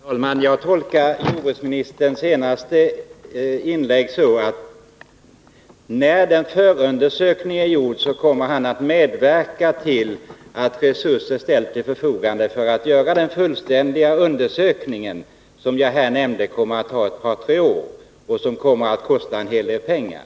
Herr talman! Jag tolkar jordbruksministerns senaste inlägg så att när förundersökningen är gjord kommer han att medverka till att resurser ställs till förfogande för att man skall kunna göra den fullständiga undersökning som kommer att ta ett par tre år och kosta en hel del pengar.